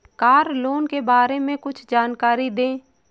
Car loan के बारे में कुछ जानकारी दें?